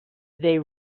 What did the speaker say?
they